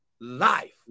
life